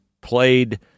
played